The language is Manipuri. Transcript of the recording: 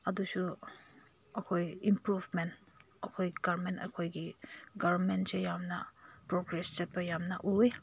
ꯑꯗꯨꯁꯨ ꯑꯩꯈꯣꯏ ꯏꯝꯄ꯭ꯔꯨꯐꯃꯦꯟ ꯑꯩꯈꯣꯏ ꯒꯔꯃꯦꯟ ꯑꯩꯈꯣꯏꯒꯤ ꯒꯔꯃꯦꯟꯁꯦ ꯌꯥꯝꯅ ꯄ꯭ꯔꯣꯒ꯭ꯔꯦꯁ ꯆꯠꯄ ꯌꯥꯝꯅ ꯎꯏ